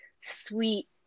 sweet